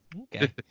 Okay